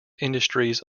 industries